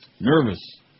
Nervous